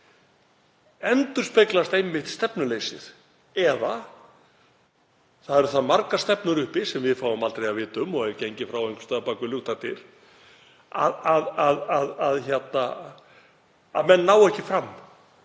endurspeglast einmitt stefnuleysið eða það eru það margar stefnur uppi sem við fáum aldrei að vita um og er gengið frá einhvers staðar bak við luktar dyr, að menn ná ekki fram.